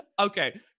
Okay